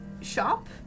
shop